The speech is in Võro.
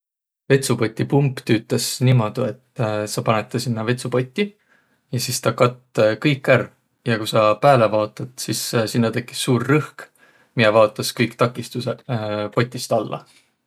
Vetsupoti pump tüütäs niimuudu, et saq panõt tuu sinnäq vetsupotti ja sis tuu katt kõik ärq. Ja ku saq pääle vaotat sis sinnäq teküs suur rõhk, miä vaotas kõik takistusõq potist alla.